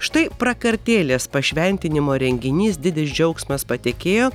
štai prakartėlės pašventinimo renginys didis džiaugsmas patekėjo